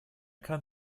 kann